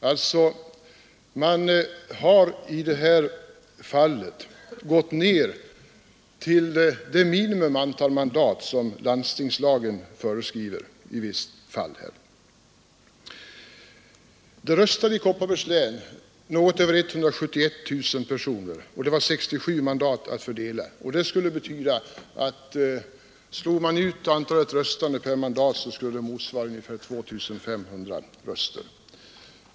Man har alltså i det här fallet gått ned till det minsta antal mandat som landstingslagen föreskriver. I Kopparbergs län röstade något över 171 000 personer, och det var 67 mandat att fördela. Det skulle betyda ungefär 2 500 röster per mandat.